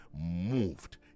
moved